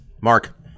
Mark